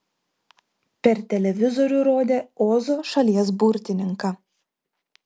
per televizorių rodė ozo šalies burtininką